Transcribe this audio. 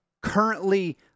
currently